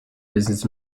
business